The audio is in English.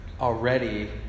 already